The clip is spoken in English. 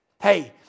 Hey